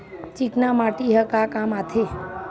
चिकना माटी ह का काम आथे?